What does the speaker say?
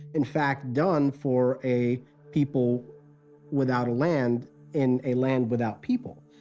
in fact, done for a people without a land in a land without people.